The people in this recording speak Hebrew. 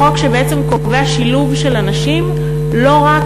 החוק שקובע שילוב של אנשים לא רק,